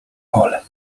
pole